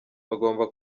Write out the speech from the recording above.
bagomba